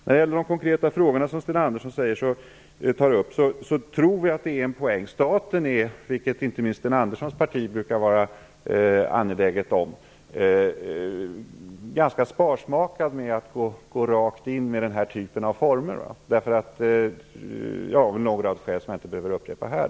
När det gäller de konkreta frågor som Sten Andersson tar upp vill jag säga att staten är - vilket inte minst Sten Anderssons parti brukar vara angeläget om - ganska sparsmakad med att gå in med denna typ av åtgärder, av en lång rad skäl som jag inte behöver räkna upp här.